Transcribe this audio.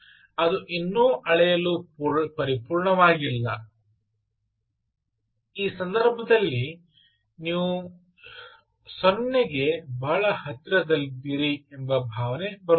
ಅದು ಇನ್ನೂ ಅಳೆಯಲು ಪರಿಪೂರ್ಣವಾಗಿಲ್ಲ ಈ ಸಂದರ್ಭದಲ್ಲಿ ನೀವು 0 ಕ್ಕೆ ಬಹಳ ಹತ್ತಿರದಲ್ಲಿದ್ದೀರಿ ಎಂಬ ಭಾವನೆ ಬರುತ್ತದೆ